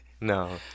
No